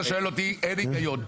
אותי, אין היגיון.